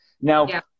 Now